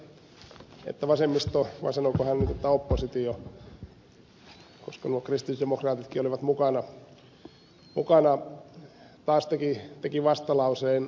asko seljavaara täällä totesi että vasemmisto vai sanoiko hän että oppositio koska nuo kristillisdemokraatitkin olivat mukana taas teki vastalauseen